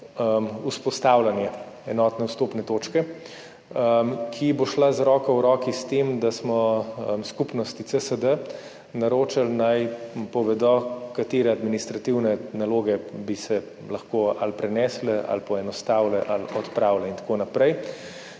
vzpostavljanje enotne vstopne točke, ki bo šla z roko v roki s tem, da smo skupnosti CSD naročili, naj povedo, katere administrativne naloge bi se lahko prenesle ali poenostavile ali odpravile in tako naprej,